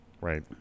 right